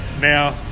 Now